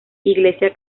iglesia